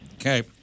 Okay